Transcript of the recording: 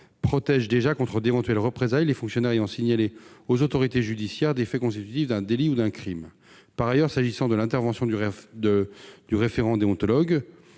protège déjà contre d'éventuelles représailles les fonctionnaires ayant signalé aux autorités judiciaires des faits constitutifs d'un délit ou d'un crime. Par ailleurs, s'agissant de l'intervention du référent déontologue